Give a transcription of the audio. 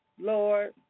Lord